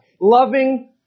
loving